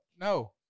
No